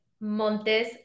Montes